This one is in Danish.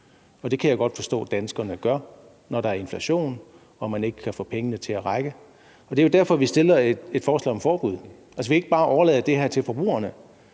Det kan jeg godt forstå at danskerne gør, når der er inflation og man ikke kan få pengene til at række. Det er jo derfor, at vi fremsætter et forslag om forbud, så vi ikke bare overlader det her til forbrugerne.